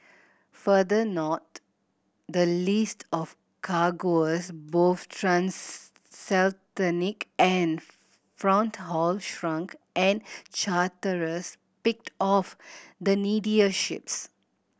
further north the list of cargoes both and front haul shrunk and charterers picked off the needier ships